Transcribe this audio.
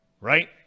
right